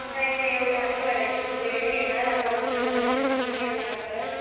नाही नाही एवढं असं करायची वेळ नाही येणार आता आमच्याकडून अशी चूक नाही होणार परत